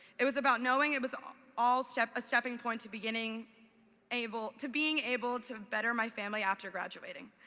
it was about knowing it was um all step a stepping point to beginning able to being able to better my family after graduating.